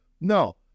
No